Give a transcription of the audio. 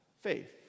faith